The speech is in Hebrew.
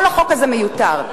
כל החוק הזה מיותר,